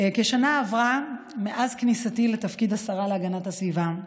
כשנה עברה מאז כניסתי לתפקיד השרה להגנת הסביבה,